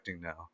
now